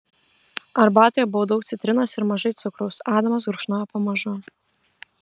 arbatoje buvo daug citrinos ir mažai cukraus adamas gurkšnojo pamažu